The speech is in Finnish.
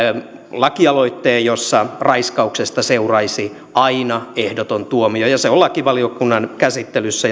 lakialoitteen jossa raiskauksesta seuraisi aina ehdoton tuomio ja se on lakivaliokunnan käsittelyssä